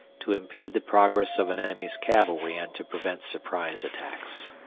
to impede the progress of an enemy's cavalry and to prevent surprise attacks.